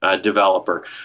developer